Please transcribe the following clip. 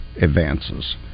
advances